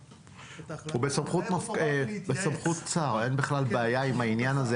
--- הוא בסמכות שר אין בעיה עם העניין הזה,